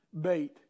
bait